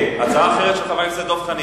הצעה אחרת, של חבר הכנסת דב חנין.